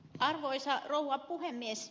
arvoisa rouva puhemies